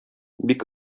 бик